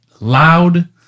loud